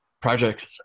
Project